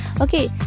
Okay